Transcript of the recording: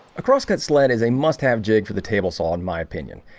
a crosscut sled is a must-have jig for the table saw in my opinion.